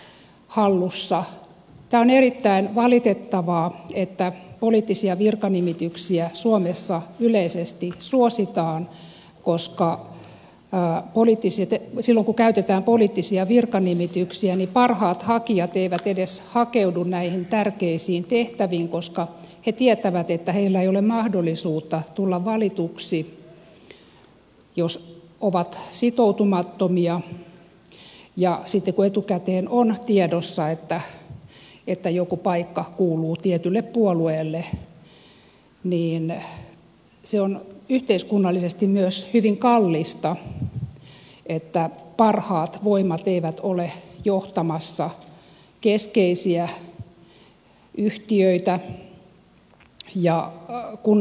tämä on erittäin valitettavaa että poliittisia virkanimityksiä suomessa yleisesti suositaan koska silloin kun käytetään poliittisia virkanimityksiä niin parhaat hakijat eivät edes hakeudu näihin tärkeisiin tehtäviin koska he tietävät että heillä ei ole mahdollisuutta tulla valituiksi jos ovat sitoutumattomia ja sitten kun etukäteen on tiedossa että joku paikka kuuluu tietylle puolueelle niin se on yhteiskunnallisesti myös hyvin kallista että parhaat voimat eivät ole johtamassa keskeisiä yhtiöitä ja kunnallisia organisaatioita